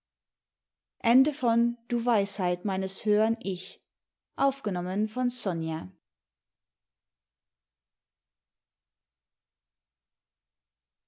du weisheit meines höhern ich